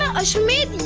ashwamedh